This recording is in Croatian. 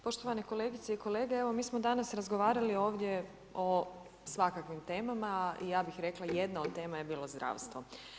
Poštovane kolegice i kolege, evo mi smo danas razgovarali ovdje o svakakvim temama, ja bih rekla jedna od tema je bila zdravstvo.